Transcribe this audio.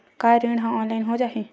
का ऋण ह ऑनलाइन हो जाही?